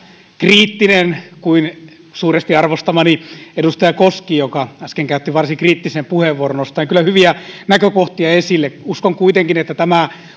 kriittinen kuin suuresti arvostamani edustaja koski joka äsken käytti varsin kriittisen puheenvuoron nostaen kyllä hyviä näkökohtia esille uskon kuitenkin että tämä